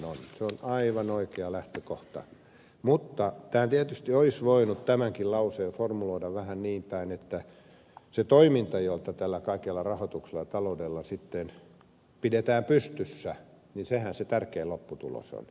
se on aivan oikea lähtökohta mutta tähän tietysti olisi voinut tämänkin lauseen formuloida vähän niinpäin että se toimintahan jota tällä kaikella rahoituksella taloudella sitten pidetään pystyssä se tärkein lopputulos on että